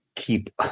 keep